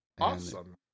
Awesome